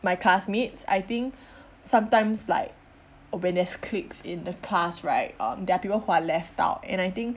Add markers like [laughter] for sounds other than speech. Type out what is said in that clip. my classmates I think [breath] sometimes like when there's cliques in the class right uh there are people who are left out and I think [breath]